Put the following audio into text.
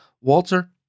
Walter